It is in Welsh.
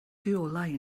rheolau